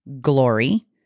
Glory